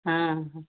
हाँ हाँ